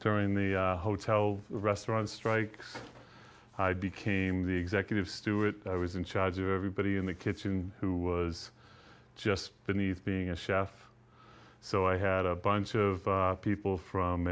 during the hotel restaurant strake i became the executive stewart i was in charge of everybody in the kitchen who was just beneath being a chef so i had a bunch of people from